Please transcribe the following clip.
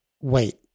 wait